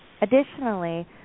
Additionally